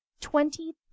Twenty